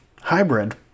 hybrid